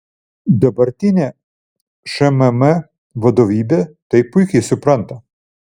dabartinė šmm vadovybė tai puikiai supranta